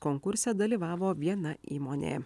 konkurse dalyvavo viena įmonė